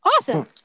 Awesome